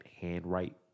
handwrite